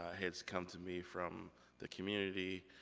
ah has come to me from the community,